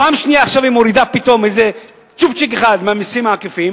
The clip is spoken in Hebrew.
פעם שנייה עכשיו היא מורידה פתאום איזה צ'ופצ'יק אחד מהמסים העקיפים,